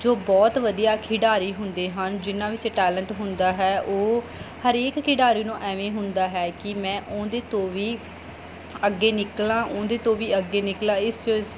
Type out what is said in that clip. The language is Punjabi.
ਜੋ ਬਹੁਤ ਵਧੀਆ ਖਿਡਾਰੀ ਹੁੰਦੇ ਹਨ ਜਿਹਨਾਂ ਵਿੱਚ ਟੈਲੈਂਟ ਹੁੰਦਾ ਹੈ ਉਹ ਹਰੇਕ ਖਿਡਾਰੀ ਨੂੰ ਐਵੇਂ ਹੁੰਦਾ ਹੈ ਕਿ ਮੈਂ ਉਹਦੇ ਤੋਂ ਵੀ ਅੱਗੇ ਨਿਕਲਾਂ ਉਹਦੇ ਤੋਂ ਵੀ ਅੱਗੇ ਨਿਕਲਾਂ ਇਸ ਵਿਚ